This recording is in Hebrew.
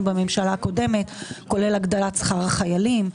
בממשלה הקודמת כולל הגדלת שכר החיילים,